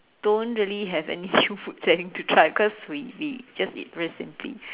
don't really have any new food planning to try because we we just eat very simply